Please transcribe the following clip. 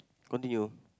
continue